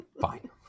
fine